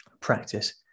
practice